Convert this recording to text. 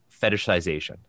fetishization